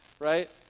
Right